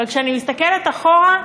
אבל כשאני מסתכלת אחורה,